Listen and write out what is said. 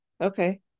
Okay